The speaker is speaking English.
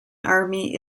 army